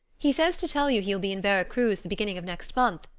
he says to tell you he will be in vera cruz the beginning of next month,